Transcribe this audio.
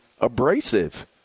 abrasive